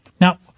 Now